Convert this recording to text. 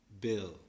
Bill